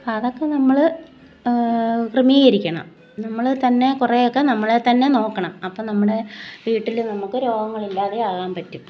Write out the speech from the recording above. അതൊക്കെ നമ്മൾ ക്രമീകരിക്കണം നമ്മൾ തന്നെ കുറേ ഒക്കെ നമ്മളെ തന്നെ നോക്കണം അപ്പം നമ്മുടെ വീട്ടിൽ നമുക്ക് രോഗങ്ങളില്ലാതെ ആകാൻ പറ്റും